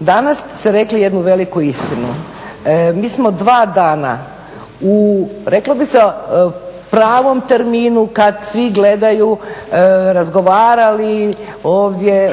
danas ste rekli jednu veliku istinu. Mi smo dva dana u reklo bi se pravom terminu kad svi gledaju razgovarali ovdje